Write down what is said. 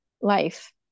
life